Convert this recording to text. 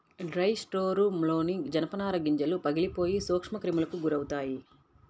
dry స్టోర్రూమ్లోని జనపనార గింజలు పగిలిపోయి సూక్ష్మక్రిములకు గురవుతాయి